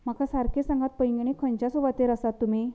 म्हाका सारके सांगात पैंगीणी खंयच्या सुवातेर आसात तुमी